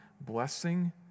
blessing